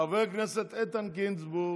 חבר הכנסת איתן גינזבורג.